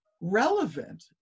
relevant